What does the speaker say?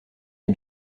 les